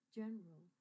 general